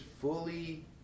fully